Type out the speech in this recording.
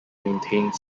maintains